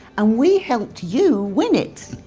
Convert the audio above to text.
ah we helped you win it.